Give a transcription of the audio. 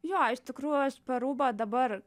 jo iš tikrųjų per rūbą dabar